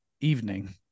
evening